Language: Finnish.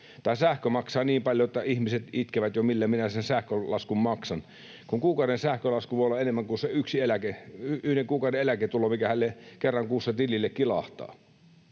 tai sähkö maksaa niin paljon, että ihmiset itkevät jo, millä sen sähkölaskun maksan, kun kuukauden sähkölasku voi olla enemmän kuin se yhden kuukauden eläketulo, mikä kerran kuussa tilille kilahtaa?